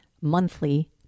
monthly